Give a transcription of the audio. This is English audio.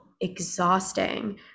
exhausting